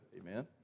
amen